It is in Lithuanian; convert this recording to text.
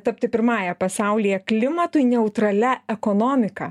tapti pirmąja pasaulyje klimatui neutralia ekonomika